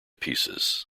pieces